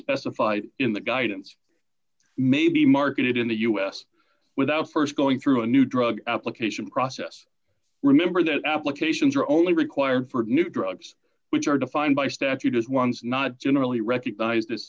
fight in the guidance may be marketed in the us without st going through a new drug application process remember that applications are only required for new drugs which are defined by statute as ones not generally recognized as